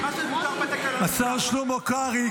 מה שמותר בתקנון --- השר שלמה קרעי,